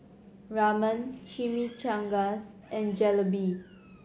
Ramen Chimichangas and Jalebi